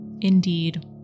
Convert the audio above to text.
Indeed